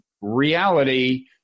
reality